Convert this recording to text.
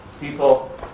people